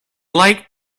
light